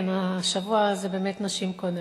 כן, השבוע זה באמת נשים קודם.